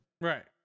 Right